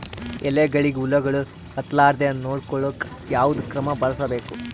ಎಲೆಗಳಿಗ ಹುಳಾಗಳು ಹತಲಾರದೆ ನೊಡಕೊಳುಕ ಯಾವದ ಕ್ರಮ ಬಳಸಬೇಕು?